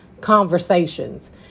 conversations